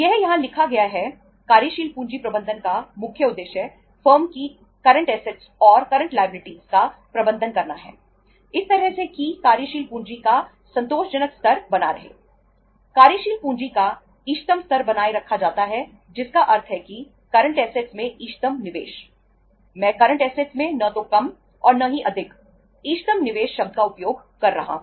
यह यहां लिखा गया है कार्यशील पूंजी प्रबंधन का मुख्य उद्देश्य फर्म की करंट ऐसेटस में न तो कम और न ही अधिक इष्टतम निवेश शब्द का उपयोग कर रहा हूं